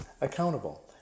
accountable